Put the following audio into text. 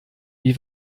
wie